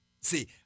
See